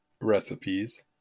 recipes